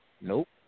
Nope